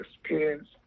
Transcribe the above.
experience